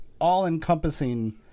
all-encompassing